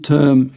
Term